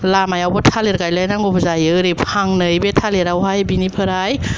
लामायावबो थालिर गायलाय नांगौबो जायो ओरै फांनै बे थालिरावहाय बेनिफ्राय